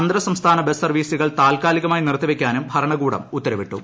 അന്തർ സംസ്ഥാന ബസ് സർവ്വീസുകൾ താൽക്കാലികമായി നിർത്തിവയ്ക്കാനും ഭരണകൂടം ഉത്തരവിട്ടു